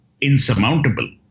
insurmountable